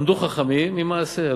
למדו חכמים ממעשה.